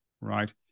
right